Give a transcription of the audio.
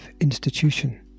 institution